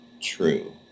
true